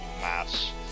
mass